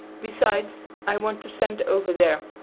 besides, i want to send over there,